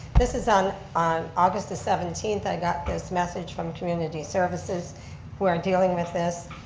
this is on on august the seventeenth that i got this message from community services who are dealing with this.